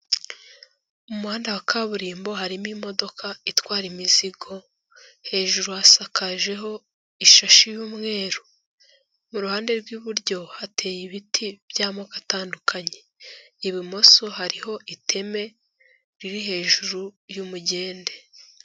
Umuhanda wa kaburimbo harimo imodoka itwara imizigo, hejuru hasakajeho ishashi y'umweru. Mu ruhande rw'iburyo hateye ibiti by'amoko atandukanye. Ibumoso hariho iteme riri hejuru y'umugende.